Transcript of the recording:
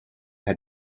had